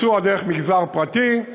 והביצוע דרך המגזר הפרטי.